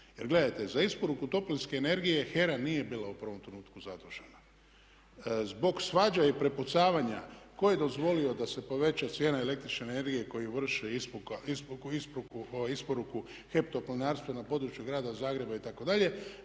Jer gledajte, za isporuku toplinske energije HERA nije bila u prvom trenutku zadužena. Zbog svađa i prepucavanja tko je dozvolio da se poveća cijena električne energije koji vrše isporuku HEP toplinarstvo na području grada Zagreba itd.,